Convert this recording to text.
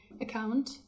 account